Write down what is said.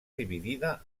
dividida